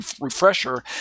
refresher